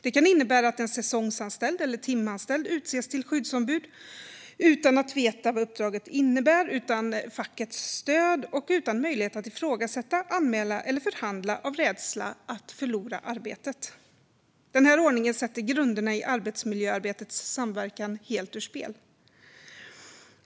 Det kan innebära att en säsongsanställd eller timanställd utses till skyddsombud utan att veta vad uppdraget innebär, utan fackets stöd och utan möjlighet att ifrågasätta, anmäla eller förhandla, av rädsla att förlora arbetet. Den ordningen sätter grunderna i arbetsmiljöarbetets samverkan helt ur spel.